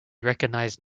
recognized